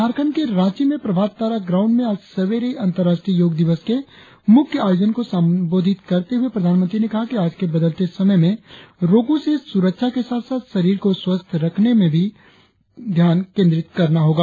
झारखंड के रांची में प्रभात तारा ग्राउंड में आज सवेरे अंतर्राष्ट्रीय योग दिवस के मुख्य आयोजन को संबोधित करते हुए प्रधानमंत्री ने कहा कि आज के बदलते समय में रोगो से सुरक्षा के साथ साथ शरीर को स्वस्थ् रखने पर भी ध्यान केंद्रित करना होगा